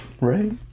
right